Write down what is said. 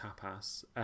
tapas